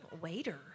waiter